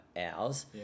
hours